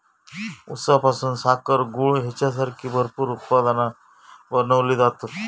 ऊसापासून साखर, गूळ हेंच्यासारखी भरपूर उत्पादना बनवली जातत